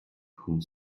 poole